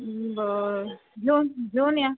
बरं घेऊन घेऊन या